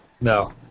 No